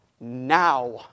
now